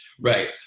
Right